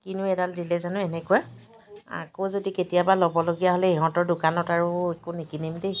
কিনো এডাল দিলে জানো এনেকুৱা আকৌ যদি কেতিয়াবা ল'বলগীয়া হ'লে ইহঁতৰ দোকানত আৰু একো নিকিনিম দেই